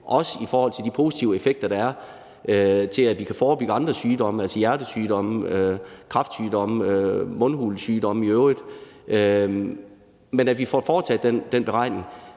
også i forhold til de positive effekter, der er, ved at det forebygger andre sygdomme: hjertesygdomme, kræftsygdomme, mundhulesygdomme i øvrigt. Det er vigtigt, at vi får foretaget den beregning.